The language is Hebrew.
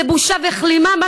זו בושה וכלימה.